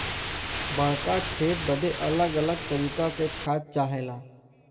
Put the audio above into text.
बड़्का खेत बदे अलग अलग तरीके का खाद चाहला